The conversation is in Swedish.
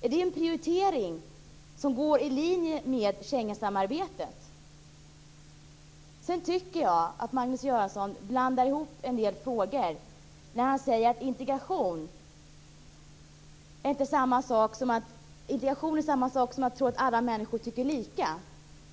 Är det en prioritering i linje med Schengensamarbetet? Jag tycker att Göran Magnusson blandar ihop en del frågor när han säger att integration är samma sak som att tro att alla människor tycker lika.